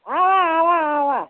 اَوا اَوا اَوا